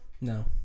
No